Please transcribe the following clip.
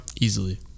Easily